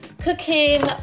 cooking